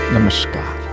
Namaskar